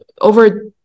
over